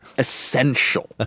Essential